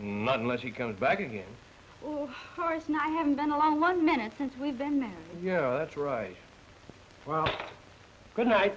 not unless he comes back again oh sorry no i haven't been along one minute since we've been yeah that's right well good night